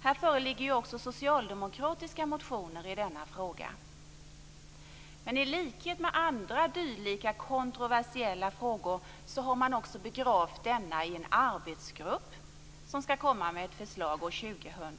Här föreligger också socialdemokratiska motioner i denna fråga. I likhet med andra dylika kontroversiella frågor har man begravt också denna i en arbetsgrupp som skall komma med ett förslag år 2000.